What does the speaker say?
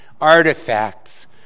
artifacts